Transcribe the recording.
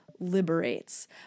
liberates